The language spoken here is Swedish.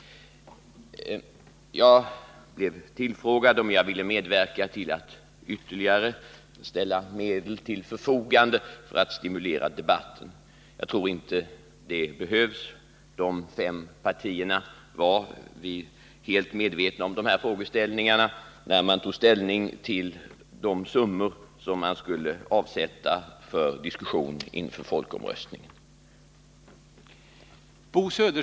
Jag tillfrågades om jag vill medverka till att ytterligare medel ställs till förfogande för att debatten skall stimuleras. Det behövs nog inte, eftersom de fem partierna var helt medvetna om frågeställningarna, när de med tanke på folkomröstningen tog ställning till storleken av de summor som skulle avsättas för diskussioner.